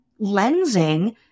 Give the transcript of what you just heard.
lensing